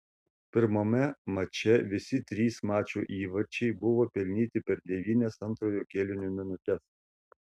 pirmame mače visi trys mačo įvarčiai buvo pelnyti per devynias antrojo kėlinio minutes